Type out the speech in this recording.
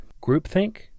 groupthink